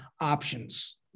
options